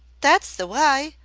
that's the wye!